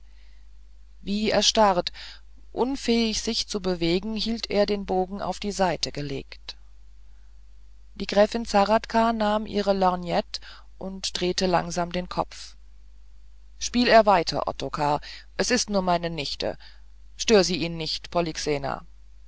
wie erstarrt unfähig sich zu bewegen hielt er den bogen auf die saiten gelegt die gräfin zahradka nahm ihre lorgnette und drehte langsam den kopf spiel er weiter ottokar es ist nur meine nichte stör sie ihn nicht